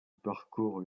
parcourt